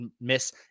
miss